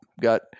got